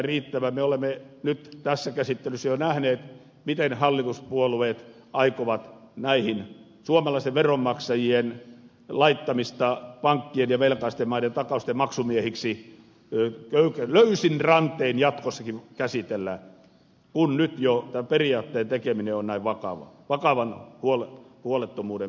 me olemme nyt tässä käsittelyssä jo nähneet miten hallituspuolueet aikovat suomalaisten veronmaksajien laittamista pankkien ja velkaisten maiden takausten maksumiehiksi löysin rantein jatkossakin käsitellä kun nyt jo tämän periaatteen tekeminen on näin vakavan huolettomuuden kohteena